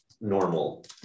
normal